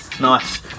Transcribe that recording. nice